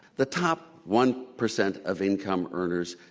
the top one percent of income earners,